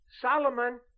Solomon